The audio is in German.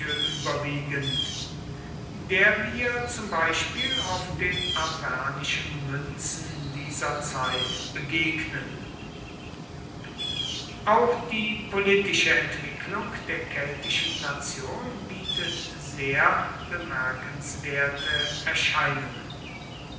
überwiegend der wir zum beispiel auf den arvernischen münzen dieser zeit begegnen auch die politische entwicklung der keltischen nation bietet sehr bemerkenswerte erscheinungen